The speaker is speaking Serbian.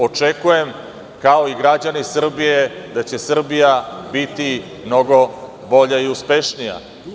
Očekujem, kao i građani Srbije, da će Srbija biti mnogo bolja i uspešnija.